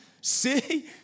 see